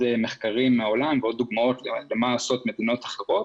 מחקרים מהעולם ועוד דוגמאות על מה עושות מדינות אחרות.